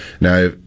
now